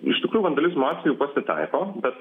iš tikrųjų vandalizmo atvejų pasitaiko bet